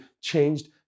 changed